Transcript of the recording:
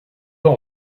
pas